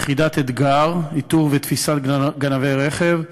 יחידת "אתגר" איתור ותפיסת גנבי רכב,